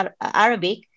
Arabic